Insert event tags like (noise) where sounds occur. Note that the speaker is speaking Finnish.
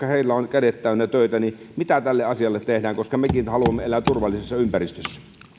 (unintelligible) heillä on kädet täynnä töitä mitä tälle asialle tehdään koska mekin haluamme elää turvallisessa ympäristössä